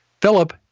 Philip